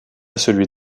celui